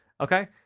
okay